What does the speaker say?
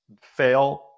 fail